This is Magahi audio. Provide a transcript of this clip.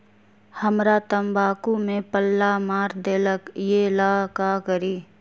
हमरा तंबाकू में पल्ला मार देलक ये ला का करी?